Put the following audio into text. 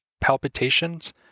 palpitations